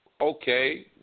Okay